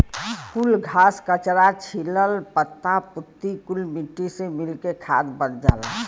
कुल घास, कचरा, छीलन, पत्ता पुत्ती कुल मट्टी से मिल के खाद बन जात रहल